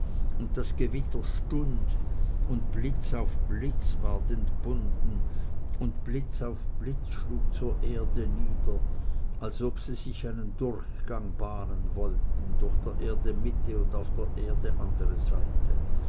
und das gewitter stund und blitz auf blitz ward entbunden und blitz auf blitz schlug zur erde nieder als ob sie sich einen durchgang bahnen wollten durch der erde mitte auf der erde andere seite